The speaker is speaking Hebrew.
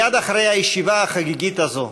מייד אחרי הישיבה החגיגית הזו,